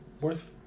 worth